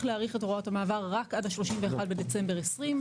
להאריך את הוראות המעבר רק עד ל-31 בדצמבר 2020,